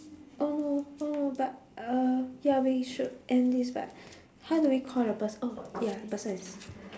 oh no oh no but uh ya we should end this but how do we call the pers~ oh ya the person is